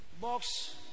box